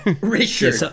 Richard